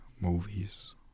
movies